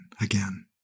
again